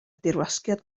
dirwasgiad